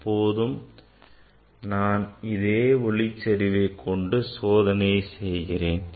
இப்போதும் நான் அதே ஒளிச்செறிவை கொண்டு சோதனையை செய்கிறேன்